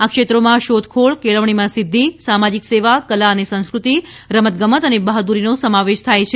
આ ક્ષેત્રોમાં શોધખોળ કેળવણીમાં સિદ્ધિ સામાજીક સેવા કલા અને સંસ્કૃતિ રમતગમત અને બહાદૂરીનો સમાવેશ થાય છે